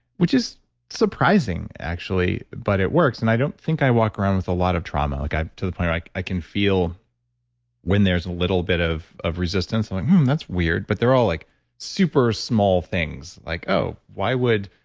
which is surprising actually, but it works. and i don't think i walk around with a lot of trauma like to the point where i can feel when there's a little bit of of resistance, i'm like, um that's weird. but they're all like super small things like, oh, why would